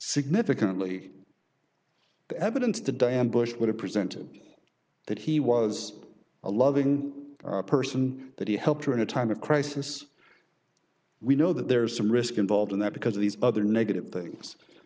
significantly the evidence to diane bush would have presented that he was a loving person that he helped her in a time of crisis we know that there is some risk involved in that because of these other negative things